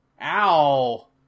Ow